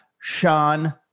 Sean